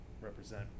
represent